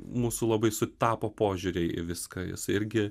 mūsų labai sutapo požiūriai į viską jis irgi